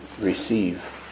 receive